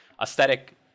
aesthetic